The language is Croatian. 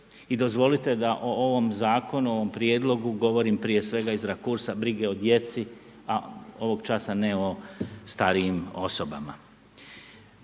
I dozvolite da o ovom zakonu, ovom Prijedlogu govorim prije svega iz rakursa brige o djeci, a ovog časa ne o starijim osobama.